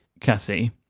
Cassie